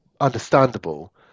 understandable